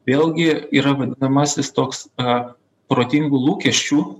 vėlgi yra vadinamasis toks a protingų lūkesčių